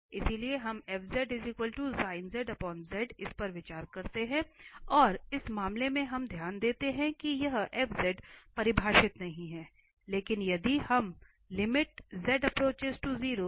इसलिए हम इस पर विचार करते हैं और इस मामले में हम ध्यान देते हैं कि यह f परिभाषित नहीं है लेकिन यदि हम पर विचार करते हैं